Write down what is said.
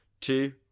two